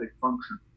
function